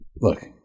Look